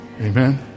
Amen